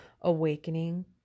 awakening